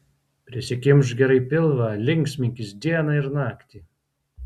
prisikimšk gerai pilvą linksminkis dieną ir naktį